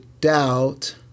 doubt